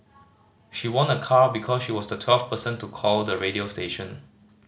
she won a car because she was the twelfth person to call the radio station